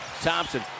Thompson